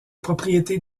propriété